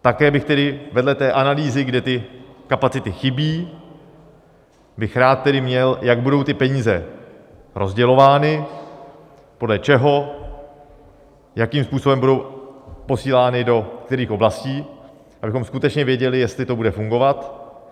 Také bych tedy vedle té analýzy, kde ty kapacity chybějí, rád tedy měl, jak budou ty peníze rozdělovány, podle čeho, jakým způsobem budou posílány do kterých oblastí, abychom skutečně věděli, jestli to bude fungovat.